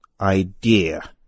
idea